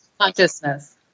consciousness